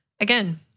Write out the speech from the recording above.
Again